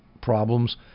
problems